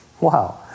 Wow